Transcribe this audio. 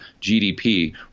GDP